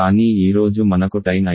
కానీ ఈరోజు మనకు టైం అయిపోయింది